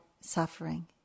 suffering